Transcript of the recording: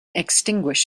extinguished